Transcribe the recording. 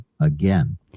again